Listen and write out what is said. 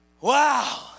Wow